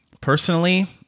personally